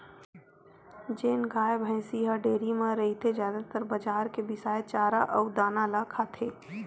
जेन गाय, भइसी मन ह डेयरी म रहिथे जादातर बजार के बिसाए चारा अउ दाना ल खाथे